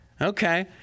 Okay